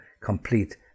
complete